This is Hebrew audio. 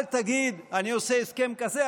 אל תגיד: אני עושה הסכם כזה,